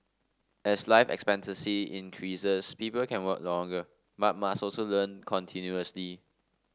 as life expectancy increases people can work longer but must also learn continuously